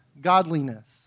godliness